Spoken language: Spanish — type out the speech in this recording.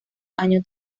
año